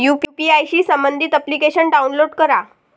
UPI शी संबंधित application download करा